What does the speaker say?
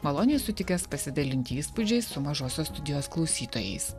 maloniai sutikęs pasidalinti įspūdžiais su mažosios studijos klausytojais